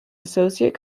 associate